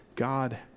God